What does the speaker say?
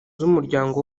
z’umuryango